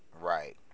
Right